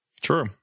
True